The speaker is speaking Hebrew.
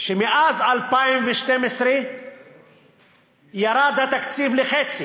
שמאז 2012 ירד התקציב לחצי,